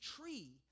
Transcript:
tree